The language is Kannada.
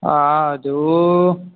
ಹಾಂ ಅದು